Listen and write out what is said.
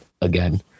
again